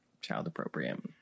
child-appropriate